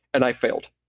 and i failed.